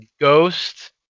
Ghost